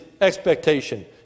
expectation